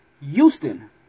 Houston